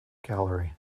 gallery